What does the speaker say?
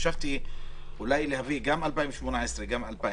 חשבתי אולי להביא את דוחות 2018 ו-2019.